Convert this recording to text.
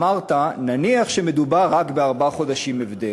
אמרת: נניח שמדובר רק בארבעה חודשים הבדל,